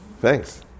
Thanks